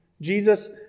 Jesus